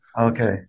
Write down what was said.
Okay